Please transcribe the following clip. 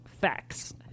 Facts